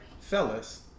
Fellas